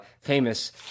famous